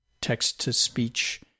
text-to-speech